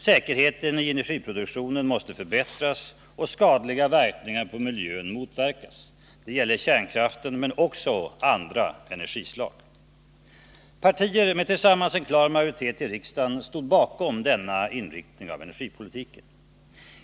Säkerheten i energiproduktionen måste förbättras och skadliga verkningar på miljön motverkas. Det gäller kärnkraften men också andra energislag. Partier med tillsammans en klar majoritet i riksdagen stod bakom denna inriktning av energipolitiken.